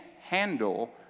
handle